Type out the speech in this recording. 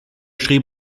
schrieb